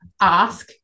ask